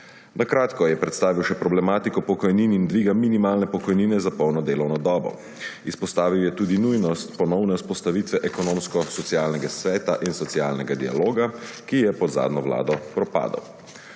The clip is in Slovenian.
Na kratko je predstavil še problematiko pokojnin in dviga minimalne pokojnine za polno delovno dobo. Izpostavil je tudi nujnost ponovne vzpostavitve Ekonomsko-socialnega sveta in socialnega dialoga, ki je pod zadnjo vlado propadel.